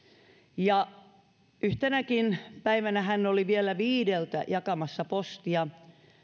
ja yhtenäkin päivänä hän oli vielä viideltä jakamassa postia